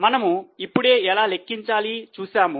మనము ఇప్పుడే ఎలా లెక్కించాలి చూశాము